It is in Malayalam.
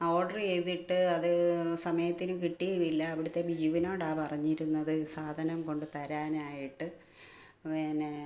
ആ ഓഡർ ചെയ്തിട്ട് അത് സമയത്തിന് കിട്ടിയും ഇല്ല അവിടുത്തെ ബിജുവിനോടാണ് പറഞ്ഞിരുന്നത് സാധനം കൊണ്ടുതരാനായിട്ട് പിന്നെ